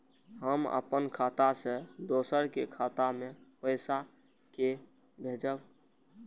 हम अपन खाता से दोसर के खाता मे पैसा के भेजब?